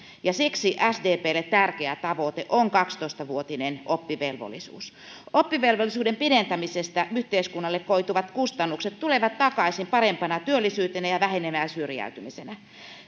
siksi sdplle tärkeä tavoite on kaksitoista vuotinen oppivelvollisuus oppivelvollisuuden pidentämisestä yhteiskunnalle koituvat kustannukset tulevat takaisin parempana työllisyytenä ja vähenenevänä syrjäytymisenä kun